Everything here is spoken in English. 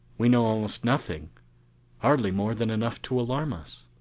we know almost nothing hardly more than enough to alarm us.